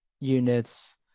units